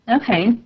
Okay